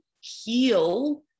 heal